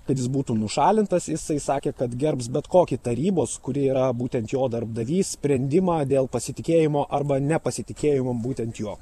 kad jis būtų nušalintas jisai sakė kad gerbs bet kokį tarybos kuri yra būtent jo darbdavys sprendimą dėl pasitikėjimo arba nepasitikėjimo būtent juo